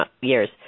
years